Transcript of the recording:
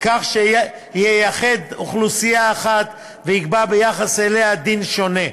כך שייחד אוכלוסייה אחת ויקבע ביחס אליה דין שונה.